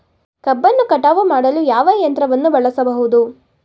ಕಬ್ಬನ್ನು ಕಟಾವು ಮಾಡಲು ಯಾವ ಯಂತ್ರವನ್ನು ಬಳಸಬಹುದು?